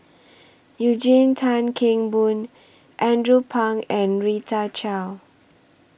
Eugene Tan Kheng Boon Andrew Phang and Rita Chao